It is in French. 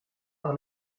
par